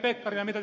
ei mitään